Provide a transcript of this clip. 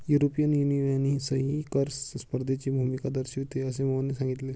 European युनियनही कर स्पर्धेची भूमिका दर्शविते, असे मोहनने सांगितले